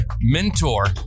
mentor